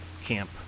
camp